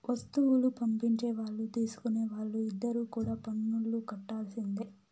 వస్తువులు పంపించే వాళ్ళు తీసుకునే వాళ్ళు ఇద్దరు కూడా పన్నులు కట్టాల్సిందే